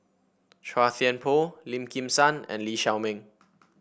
Chua Thian Poh Lim Kim San and Lee Shao Meng